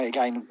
Again